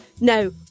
no